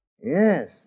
Yes